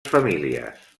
famílies